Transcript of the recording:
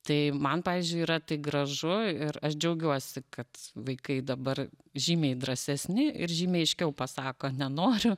tai man pavyzdžiui yra tai gražu ir aš džiaugiuosi kad vaikai dabar žymiai drąsesni ir žymiai aiškiau pasako nenoriu